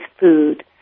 food